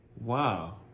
Wow